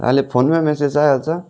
अहिले फोनमा मेसेज आइहाल्छ